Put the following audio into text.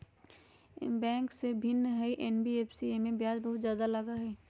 Bank से भिन्न हई एन.बी.एफ.सी इमे ब्याज बहुत ज्यादा लगहई?